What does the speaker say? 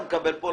לא מקבל פה,